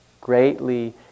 greatly